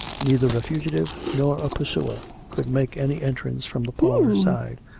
neither a fugitive nor a pursuer could make any entrance from the parlour side,